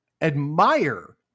admire